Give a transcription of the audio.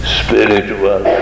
spiritual